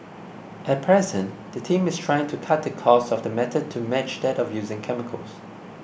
at present the team is trying to cut the cost of the method to match that of using chemicals